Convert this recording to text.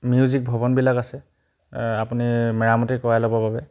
music ভৱনবিলাক আছে এ আপুনি মেৰামতি কৰাই ল'বৰ বাবে